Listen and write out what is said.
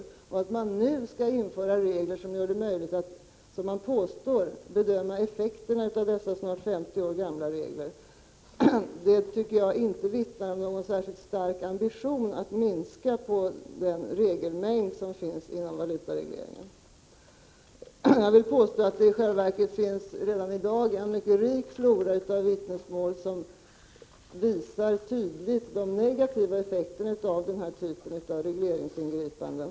Att nu införa bestämmelser som, enligt vad man påstår, gör det möjligt att bedöma effekterna av dessa snart 50 år gamla regler tycker jag inte vittnar om någon särskilt stark ambition att minska den mängd regler som finns inom valutaregleringen. Jag vill påstå att det i själva verket redan i dag finns en mycket rik flora av vittnesmål som tydligt visar de negativa effekterna av den här typen av regleringsingripanden.